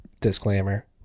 disclaimer